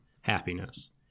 happiness